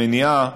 למניעה,